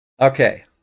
Okay